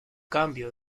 cambio